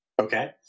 Okay